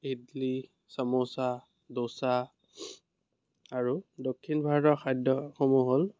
ইডলী চমোচা দোচা আৰু দক্ষিণ ভাৰতৰ খাদ্যসমূহ হ'ল